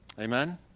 Amen